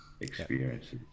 experiences